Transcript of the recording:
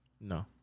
No